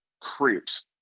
creeps